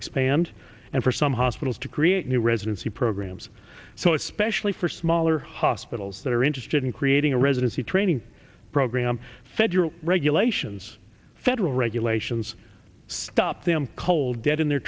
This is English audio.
expand and for some hospitals to create new residency programs so especially for smaller hospitals that are interested in creating a residency training program federal regulations federal regulations stop them cold dead in their